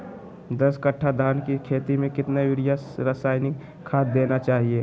दस कट्टा धान की खेती में कितना यूरिया रासायनिक खाद देना चाहिए?